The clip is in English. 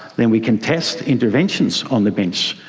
then we can test interventions on the bench.